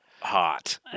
hot